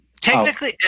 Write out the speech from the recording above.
technically